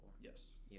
Yes